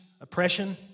oppression